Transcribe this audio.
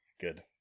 Good